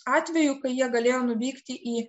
atvejų kai jie galėjo nuvykti į